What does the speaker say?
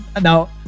now